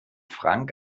frank